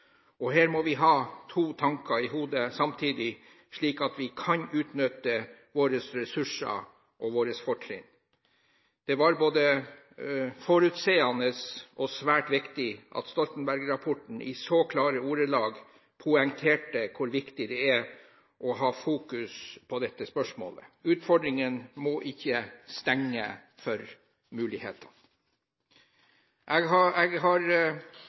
Her må vi ha to tanker i hodet samtidig, slik at vi kan utnytte våre ressurser og våre fortrinn. Det var både forutseende og svært viktig at Stoltenberg-rapporten i så klare ordelag poengterte hvor viktig det er å fokusere på dette spørsmålet. Utfordringene må ikke stenge for mulighetene. Jeg er glad for de initiativ regjeringen har